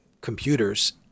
computers